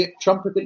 Trump